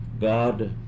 God